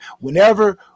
whenever